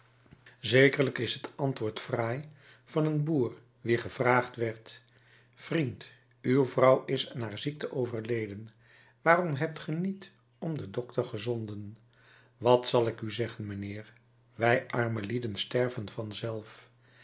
zekerlijk is het antwoord fraai van een boer wien gevraagd werd vriend uw vrouw is aan haar ziekte overleden waarom hebt ge niet om den dokter gezonden wat zal ik u zeggen mijnheer wij arme lieden sterven vanzelf